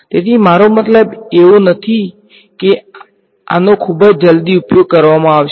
તેથી મારો મતલબ એવો નથી કે આનો ખૂબ જ જલ્દી ઉપયોગ કરવામાં આવશે